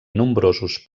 nombrosos